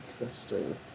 Interesting